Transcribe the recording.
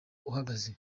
uhagaze